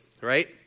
right